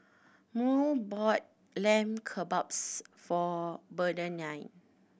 Murl bought Lamb Kebabs for Bernardine